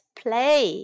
play